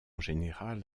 général